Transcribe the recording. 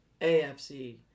AFC